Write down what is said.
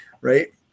right